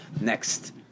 next